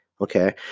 Okay